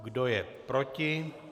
Kdo je proti?